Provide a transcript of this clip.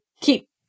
Keep